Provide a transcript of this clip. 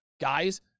Guys